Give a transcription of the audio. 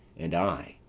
and i,